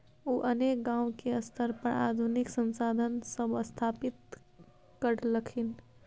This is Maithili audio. उ अनेक गांव के स्तर पर आधुनिक संसाधन सब स्थापित करलखिन